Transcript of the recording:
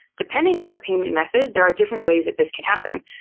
depending on the payment method, there are different ways that this can happen.